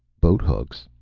boathooks,